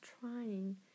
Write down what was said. trying